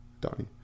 Donnie